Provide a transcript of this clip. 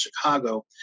Chicago